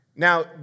Now